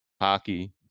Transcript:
hockey